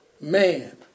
man